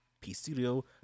P-Studio